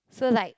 so like